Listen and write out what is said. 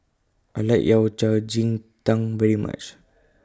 I like Yao Cai Ji Tang very much